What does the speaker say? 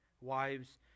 Wives